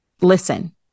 listen